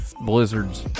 Blizzard's